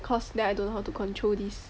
cause then I don't know how to control this